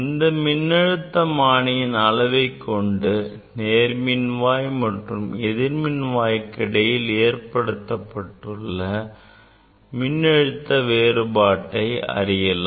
இந்த மின்னழுத்தமானியின் அளவை கொண்டு நேர்மின்வாய் மற்றும் எதிர்மின் வாய்க்கு இடையில் ஏற்படுத்தப்பட்டுள்ள மின்னழுத்த வேறுபாட்டை அறியலாம்